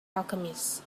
alchemist